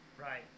Right